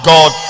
God